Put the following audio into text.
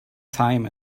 time